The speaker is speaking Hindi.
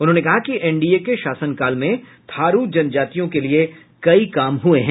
उन्होंने कहा कि एनडीए के शासनकाल में थारू जनजातियों के लिये कई काम हये हैं